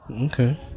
okay